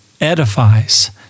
edifies